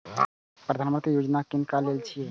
प्रधानमंत्री यौजना किनका लेल छिए?